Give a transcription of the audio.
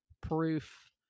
proof